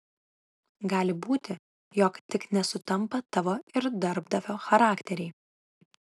gali būti jog tik nesutampa tavo ir darbdavio charakteriai